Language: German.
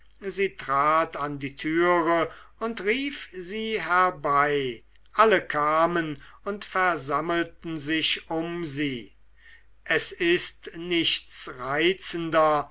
sie trat an die türe und rief sie herbei alle kamen und versammelten sich um sie es ist nichts reizender